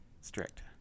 strict